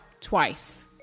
twice